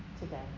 today